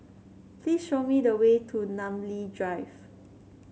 please show me the way to Namly Drive